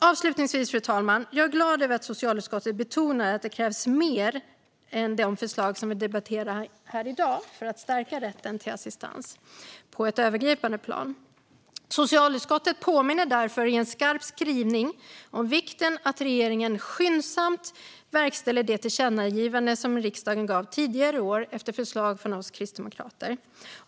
Avslutningsvis, fru talman, är jag glad över att socialutskottet betonar att det krävs mer än de förslag som vi debatterar här i dag för att stärka rätten till assistans på ett övergripande plan. Socialutskottet påminner därför i en skarp skrivning om vikten av att regeringen skyndsamt verkställer det tillkännagivande som riksdagen riktade tidigare i år efter förslag från oss kristdemokrater.